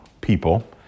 people